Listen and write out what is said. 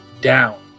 down